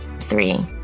Three